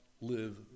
live